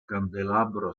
candelabro